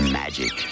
magic